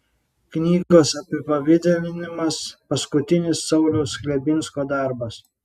knygos apipavidalinimas paskutinis sauliaus chlebinsko darbas